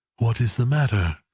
what is the matter?